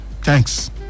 thanks